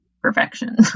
perfection